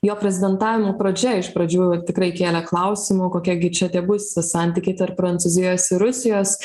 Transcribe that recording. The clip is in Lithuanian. jo prezidentavimo pradžia iš pradžių tikrai kėlė klausimų kokie gi čia bus santykiai tarp prancūzijos ir rusijos